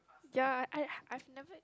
ya I I've never